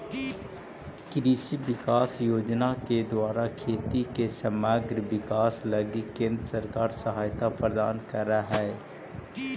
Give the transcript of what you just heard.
कृषि विकास योजना के द्वारा खेती के समग्र विकास लगी केंद्र सरकार सहायता प्रदान करऽ हई